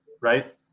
right